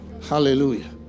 Hallelujah